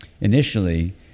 initially